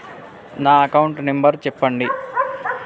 నా account number చెప్పండి?